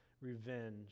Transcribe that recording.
revenge